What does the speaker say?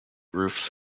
roofs